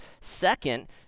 Second